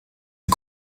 die